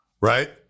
Right